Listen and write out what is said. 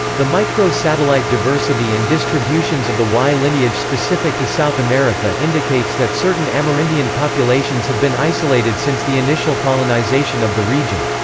the micro-satellite diversity and distributions of the y lineage specific to south america indicates that certain amerindian populations have been isolated since the initial colonization of the region.